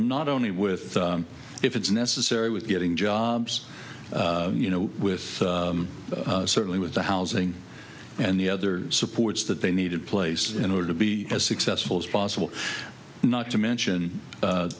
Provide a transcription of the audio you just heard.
them not only with if it's necessary with getting jobs you know with certainly with the housing and the other supports that they needed places in order to be as successful as possible not to mention